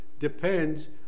depends